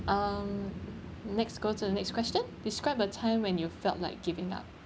um next go to the next question describe a time when you felt like giving up